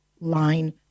line